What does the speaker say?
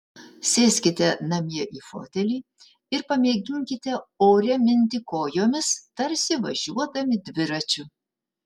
sėskite namie į fotelį ir pamėginkite ore minti kojomis tarsi važiuodami dviračiu